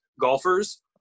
golfers